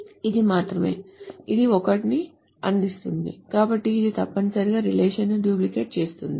ఇది 1 ని అందిస్తుంది కాబట్టి ఇది తప్పనిసరిగా రిలేషన్ను డూప్లికేట్ చేస్తుంది